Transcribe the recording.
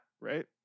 right